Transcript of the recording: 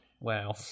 Wow